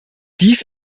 dies